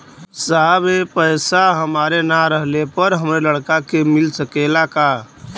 साहब ए पैसा हमरे ना रहले पर हमरे लड़का के मिल सकेला का?